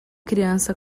criança